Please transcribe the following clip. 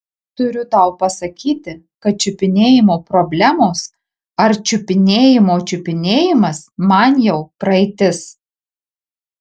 turiu tau pasakyti kad čiupinėjimo problemos ar čiupinėjimo čiupinėjimas man jau praeitis